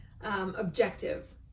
objective